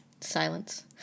silence